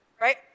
right